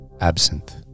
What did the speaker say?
Absinthe